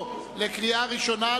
התשס”ט 2009,